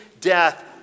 death